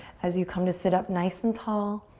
as you come to sit up nice and tall.